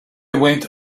went